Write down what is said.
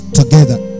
together